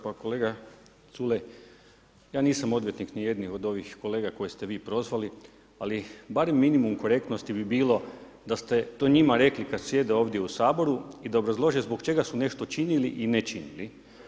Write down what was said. Pa kolega Culej, ja nisam odvjetnik nijednih od ovih kolega koje ste vi prozvali, ali bar minimum korektnosti bi bilo da ste to njima rekli kad sjede ovdje u Saboru i da obrazlože zbog čega su nešto činili i ne činili.